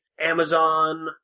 Amazon